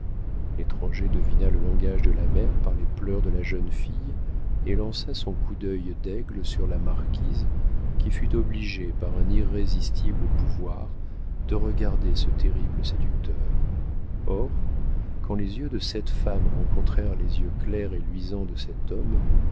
l'étranger devina le langage de la mère par les pleurs de la jeune fille et lança son coup d'œil d'aigle sur la marquise qui fut obligée par un irrésistible pouvoir de regarder ce terrible séducteur or quand les yeux de cette femme rencontrèrent les yeux clairs et luisants de cet homme